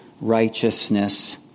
righteousness